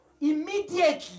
immediately